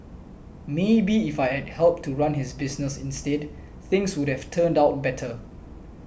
maybe if I had helped to run his business instead things would have turned out better